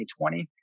2020